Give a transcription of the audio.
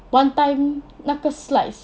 one time 那个 slides